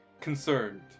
concerned